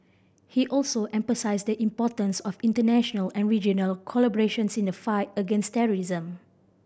he also emphasised the importance of international and regional collaborations in the fight against terrorism